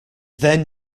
then